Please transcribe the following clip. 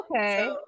Okay